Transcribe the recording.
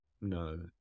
no